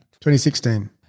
2016